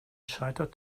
scheitert